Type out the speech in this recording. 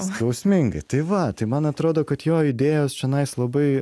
skausmingai tai va tai man atrodo kad jo idėjos čionais labai